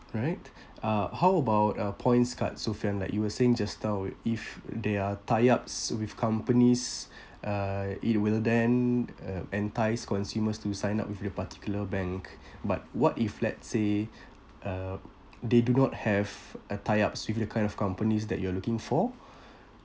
right uh how about uh points card sophian like you were saying just now if they're tie ups with companies uh it will then uh entice consumers to sign up with the particular bank but what if let's say uh they do not have a tie ups with the kind of companies that you are looking for